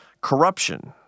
Corruption